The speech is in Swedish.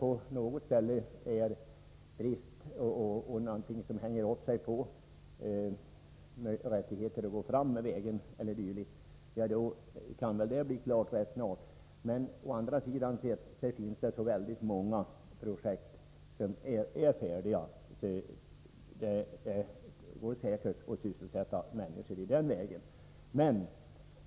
På något ställe har det visserligen hängt upp sig på frågan om rättigheterna att gå fram med vägen, men det löser sig nog rätt snart. Det finns dessutom många projekt där allt förberedelsearbete är färdigt, så det går säkert att sysselsätta människor med vägprojekten.